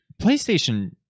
PlayStation